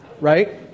Right